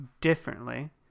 differently